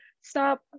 stop